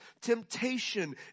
temptation